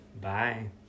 Bye